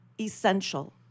essential